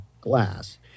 glass